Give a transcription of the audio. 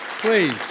Please